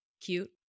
Cute